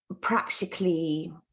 practically